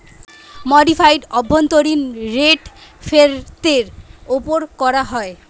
modified অভ্যন্তরীন rate ফেরতের ওপর করা হয়